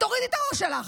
ותורידי את הראש שלך,